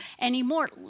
anymore